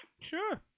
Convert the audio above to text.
Sure